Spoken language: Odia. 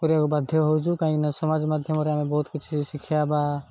କରିବାକୁ ବାଧ୍ୟ ହଉଛୁ କାହିଁକିନା ସମାଜ ମାଧ୍ୟମରେ ଆମେ ବହୁତ କିଛି ଶିକ୍ଷା ବା